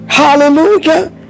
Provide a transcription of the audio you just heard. hallelujah